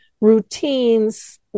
routines